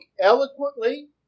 eloquently